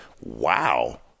wow